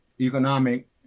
economic